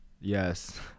Yes